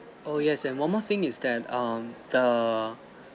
oh yes and one more thing is that um the